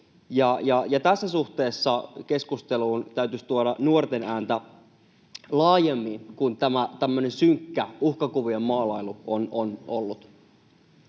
Tässä suhteessa keskusteluun täytyisi tuoda nuorten ääntä laajemmin kuin tämä tämmöinen synkkä uhkakuvien maalailu on ollut.